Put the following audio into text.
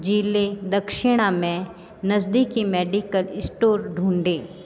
जिले दक्षिणा में नज़दीकी मेडिकल स्टोर ढूँढें